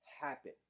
happen